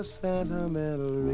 sentimental